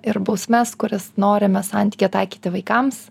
ir bausmes kurias norime santykyje taikyti vaikams